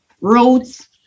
roads